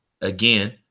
Again